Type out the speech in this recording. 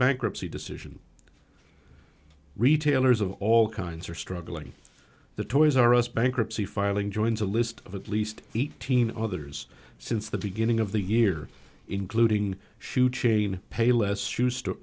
bankruptcy decision retailers of all kinds are struggling the toys r us bankruptcy filing joins a list of at least eighteen others since the beginning of the year including shoe chain payless shoe store